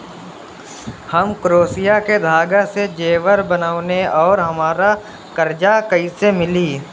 हम क्रोशिया के धागा से जेवर बनावेनी और हमरा कर्जा कइसे मिली?